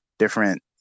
different